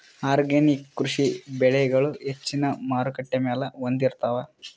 organic ಕೃಷಿ ಬೆಳಿಗಳು ಹೆಚ್ಚಿನ್ ಮಾರುಕಟ್ಟಿ ಮೌಲ್ಯ ಹೊಂದಿರುತ್ತಾವ